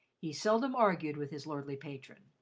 he seldom argued with his lordly patron,